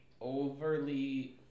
overly